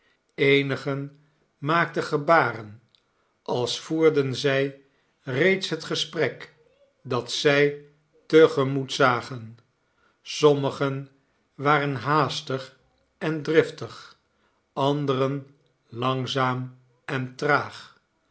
eenigen maakten gebaren als voerden zij reeds het gesprek dat zij te gemoet zagen sommigen waren haastig en driftig anderen langzaam en traag